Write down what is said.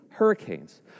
hurricanes